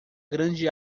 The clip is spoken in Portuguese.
grande